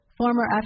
former